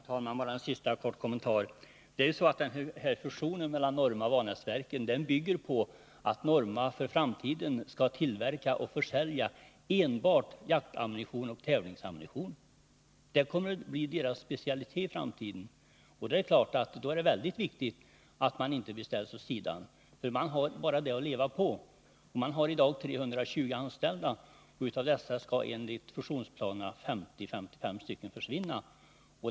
Herr talman! Bara en sista kort kommentar. Fusionen mellan Norma Projektilfabrik och Vanäsverken bygger på att Norma Projektilfabrik för framtiden skall tillverka och försälja enbart jaktoch tävlingsammunition. Detta kommer i framtiden att bli företagets specialitet. Det är naturligtvis mycket viktigt att företaget då inte blir ställt åt sidan — det har ju bara denna produktion att leva på. Företaget har i dag 320 anställda, och av dessa skall enligt fusionsplanerna 50-55 personer bort.